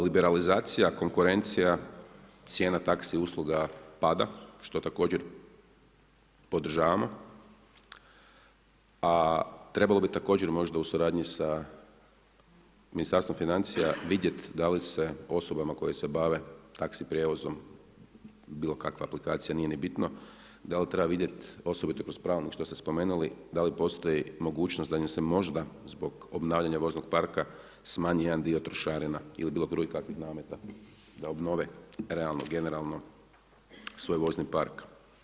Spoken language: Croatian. Liberalizacija konkurencija, cijena taxi usluga pada, što također podržavamo, a trebalo bi također možda u suradnji sa Ministarstvom financija vidjet da li se osobama koje se bave taxi prijevozom bilo kakav aplikacija, nije ni bitno, da li treba vidjet osobito kroz pravilnik što ste spomenuli, da li postoji mogućnost da im se možda zbog obnavljanja voznog parka smanji jedan dio trošarina ili bilo kakvih drugih nameta da obnove realno generalno svoj vozni park.